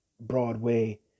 Broadway